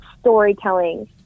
storytelling